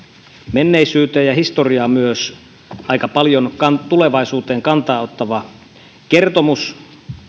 menneisyyteen ja historiaan myös aika paljon tulevaisuuteen kantaa ottava kertomus